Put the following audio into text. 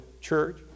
church